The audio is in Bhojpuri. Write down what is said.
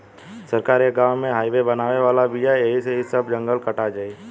सरकार ए गाँव में हाइवे बनावे वाला बिया ऐही से इ सब जंगल कटा जाई